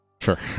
sure